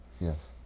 Yes